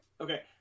Okay